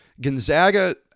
Gonzaga